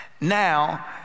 now